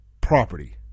property